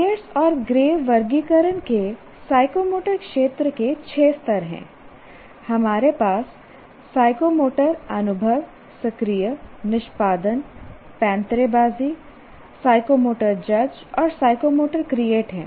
piers और Gray वर्गीकरण के साइकोमोटर क्षेत्र के 6 स्तर हैं हमारे पास साइकोमोटर अनुभव सक्रिय निष्पादन पैंतरेबाज़ी साइकोमोटर जज और साइकोमोटर क्रिएट हैं